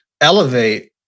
elevate